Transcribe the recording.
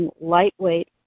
lightweight